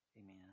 Amen